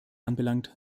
anbelangt